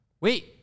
Wait